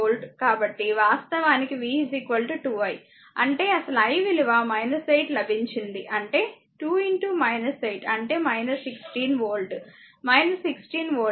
కాబట్టి వాస్తవానికి v 2 i అంటే అసలు i విలువ 8 లభించింది అంటే 2 8 అంటే 16 వోల్ట్ 16 వోల్ట్